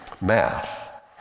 math